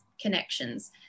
connections